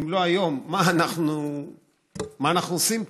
אם לא היום, מה אנחנו עושים פה?